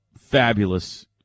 fabulous